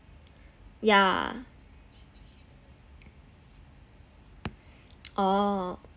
yeah oh